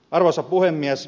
arvoisa puhemies